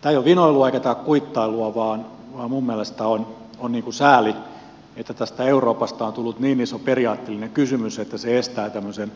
tämä ei ole vinoilua eikä tämä ole kuittailua vaan minun mielestäni on sääli että tästä euroopasta on tullut niin iso periaatteellinen kysymys että se estää tämmöisen